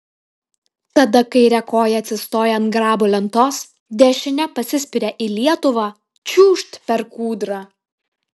tada kaire koja atsistoja ant grabo lentos dešine pasispiria į lietuvą čiūžt per kūdrą